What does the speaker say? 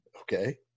Okay